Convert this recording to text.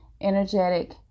energetic